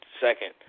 second